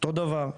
- אותו דבר.